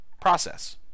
process